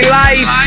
life